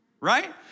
right